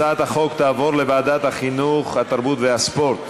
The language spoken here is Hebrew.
הצעת החוק תעבור לוועדת החינוך, התרבות והספורט